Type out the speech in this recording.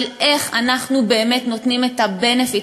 איך אנחנו באמת נותנים את ה-benefit,